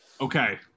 Okay